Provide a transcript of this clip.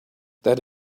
that